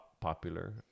popular